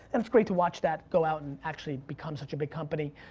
and it's great to watch that go out and actually become such a big company.